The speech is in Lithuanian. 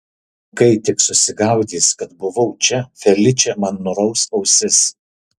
kai tik susigaudys kad buvau čia feličė man nuraus ausis